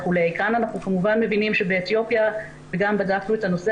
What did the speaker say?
כאן אנחנו כמובן מבינים וגם בדקנו את הנושא